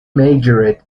majored